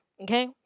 Okay